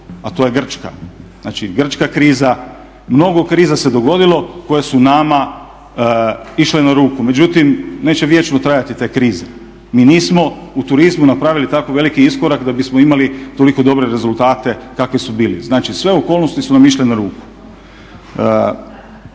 A to je Grčka. Znači grčka kriza, mnogo kriza se dogodilo koje su nama išle na ruku. Međutim, neće vječno trajati te krize. Mi nismo u turizmu napravili tako veliki iskorak da bismo imali toliko dobre rezultate kakvi su bili. Znači, sve okolnosti su nam išle na ruku.